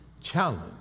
challenge